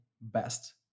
best